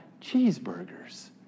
cheeseburgers